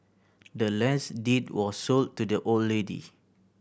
the land's deed was sold to the old lady